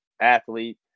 athlete